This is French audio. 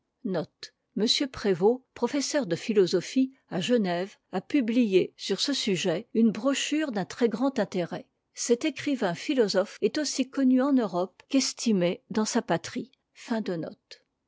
de philosophie à genève a publié sur ce sujet une brochure d'un très-grand intérêt cet écrivain philosophe est aussi connu en europe qu'estimé dans sa patrie